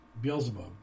Beelzebub